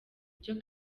ibyo